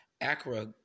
Accra